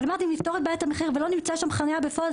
אבל אם נפתור את בעיית המחיר ולא נמצא שם חניה בפועל,